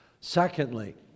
secondly